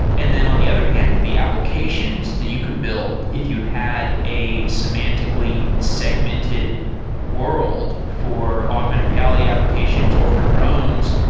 and then on the other hand, the applications that you could build if you had a semantically segmented world for augmented reality applications or for drones,